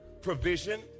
provision